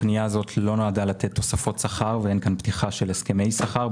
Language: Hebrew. הפנייה הזאת לא נועדה לתת תוספות שכר ואין כאן פתיחה של הסכמי שכר.